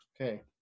Okay